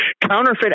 Counterfeit